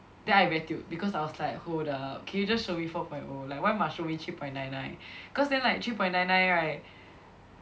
then I very tilt because I was like hold up can you just show me four point O like why must show me three point nine nine cause then like three point nine nine right